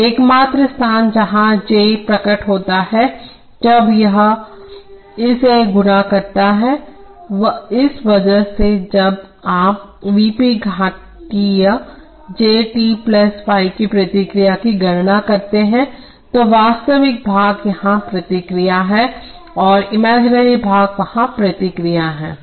तोएकमात्र स्थान जहां यह j प्रकट होता है जब यह इसे गुणा करता है इस वजह से जब आप V p घातीय j t की प्रतिक्रिया की गणना करते हैं तो वास्तविक भाग यहां प्रतिक्रिया है और इमेजिन भाग वहां प्रतिक्रिया है